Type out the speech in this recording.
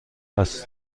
است